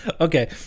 okay